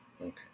Okay